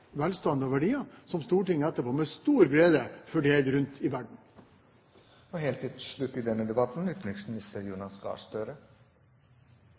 velstand og verdier, som Stortinget etterpå med stor glede fordeler rundt om i verden. Jeg synes denne debatten i